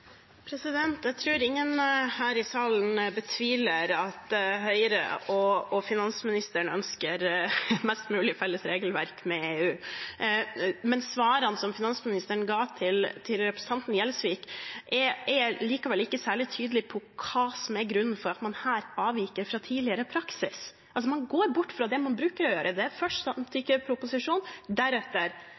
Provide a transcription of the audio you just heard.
Jeg tror ingen her i salen betviler at Høyre og finansministeren ønsker mest mulig felles regelverk med EU. Svarene som finansministeren ga til representanten Gjelsvik, er likevel ikke særlig tydelige på hva som er grunnen til at man her avviker fra tidligere praksis, at man går bort fra det man bruker å gjøre – at det først kommer en proposisjon, og deretter